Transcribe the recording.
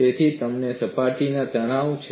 તેથી તમને સપાટીઓ પર તણાવ છે